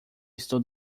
estou